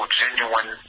genuine